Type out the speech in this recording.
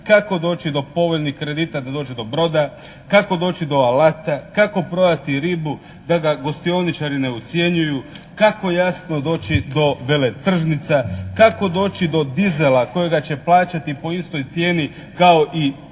kako doći do povoljnih kredita da dođe do broda, kako doći do alata, kako prodati ribu da ga gostioničari ne ucjenjuju, kako jasno doći do veletržnica, kako doći do dizela kojega će plaćati po istoj cijeni kao i